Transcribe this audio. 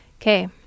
Okay